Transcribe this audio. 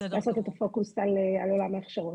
לעשות את הפוקוס על עולם ההכשרות.